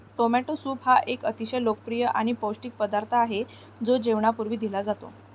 tomato soup हा एक अतिशय लोकप्रिय आणि पौष्टिक पदार्थ आहे जो जेवणापूर्वी दिला जातो